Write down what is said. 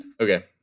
okay